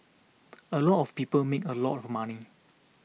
a lot of people made a lot of money